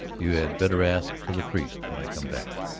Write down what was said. you had better ask for the priest when i come back.